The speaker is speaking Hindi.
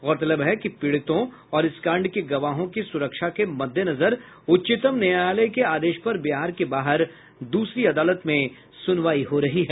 गौरतलब है कि पीड़ितों और इस कांड के गवाहों की सुरक्षा के मद्देनजर उच्चतम न्यायालय के आदेश पर बिहार के बाहर दूसरी अदालत में सुनवाई हो रही है